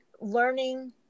learning